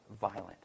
violent